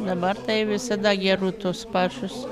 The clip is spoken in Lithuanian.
dabar tai visada geru tuos pačius